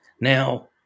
Now